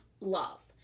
love